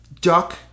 Duck